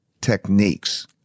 techniques